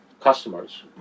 customers